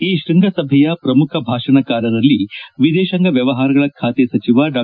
ಈ ಶ್ಯಂಗಸಭೆಯ ಶ್ರಮುಖ ಭಾಷಣಕಾರರಲ್ಲಿ ವಿದೇಶಾಂಗ ವ್ಯವಹಾರಗಳ ಖಾತೆ ಸಚಿವ ಡಾ